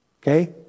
Okay